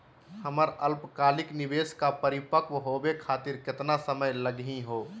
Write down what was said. हमर अल्पकालिक निवेस क परिपक्व होवे खातिर केतना समय लगही हो?